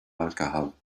alcohol